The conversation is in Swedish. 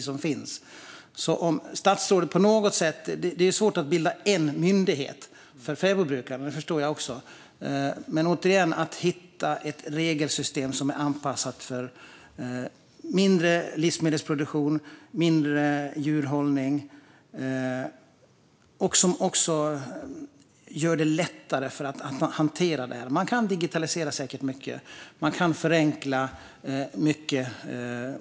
Jag förstår att det är svårt att bilda en myndighet för fäbodbrukare, men det behövs ett regelverk som är anpassat till mindre livsmedelsproduktion och mindre djurhållning och som gör hanteringen lättare. Man kan säkert digitalisera mycket och förenkla mycket.